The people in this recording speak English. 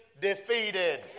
defeated